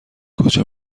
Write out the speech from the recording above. کجا